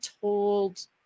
told